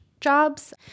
jobs